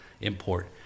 import